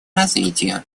развитию